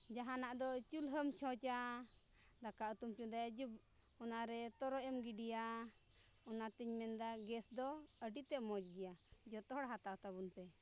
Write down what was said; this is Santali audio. ᱡᱟᱦᱟᱱᱟᱜ ᱫᱚ ᱪᱩᱞᱦᱟᱹᱢ ᱪᱷᱚᱸᱪᱟ ᱫᱟᱠᱟ ᱩᱛᱩᱢ ᱪᱚᱸᱫᱟᱭᱟ ᱚᱱᱟᱨᱮ ᱛᱚᱨᱚᱡ ᱮᱢ ᱜᱤᱰᱤᱭᱟ ᱚᱱᱟᱛᱤᱧ ᱢᱮᱱᱫᱟ ᱜᱮᱥ ᱫᱚ ᱟᱹᱰᱤ ᱛᱮᱫ ᱢᱚᱡᱽ ᱜᱮᱭᱟ ᱡᱚᱛᱚᱦᱚᱲ ᱦᱟᱛᱟᱣ ᱛᱟᱵᱚᱱ ᱯᱮ